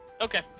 Okay